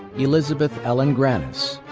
elizabeth ellen grannis,